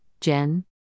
Jen